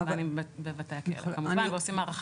כלומר לא פסיכיאטרים ולא פסיכולוגים,